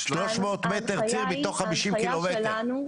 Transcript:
300 מטר ציר מתוך 50 קילומטר.